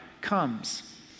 comes